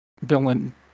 villain